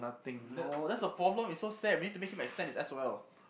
no that's a problem is so sad we need to make him extend his S_O_L